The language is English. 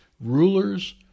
rulers